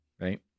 right